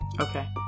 Okay